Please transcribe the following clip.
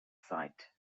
site